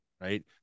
Right